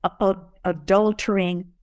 adultering